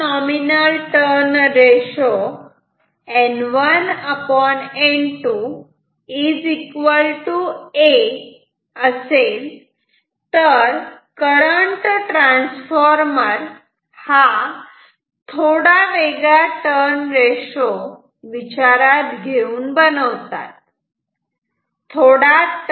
जर nominal turn ratio N1N2 a असेल तर करंट ट्रान्सफॉर्मर हा थोडा वेगळा टर्न रेशो विचारात घेऊन बनवतात